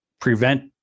prevent